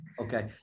Okay